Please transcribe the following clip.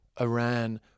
Iran